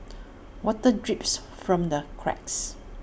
water drips from the cracks